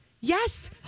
Yes